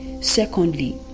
secondly